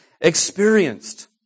experienced